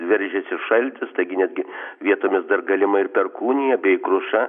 veržiasi šaltis taigi netgi vietomis dar galima ir perkūnija bei kruša